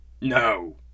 no